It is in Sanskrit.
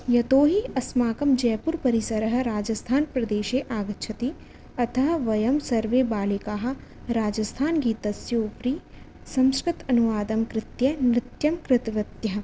यतोऽहि अस्माकं जयपुरपरिसरः राजस्थानप्रदेशे आगच्छति अतः वयं सर्वे बालिकाः राजस्थानगीतस्य उपरि संस्कृतअनुवादं कृत्वा नृत्यं कृतवत्यः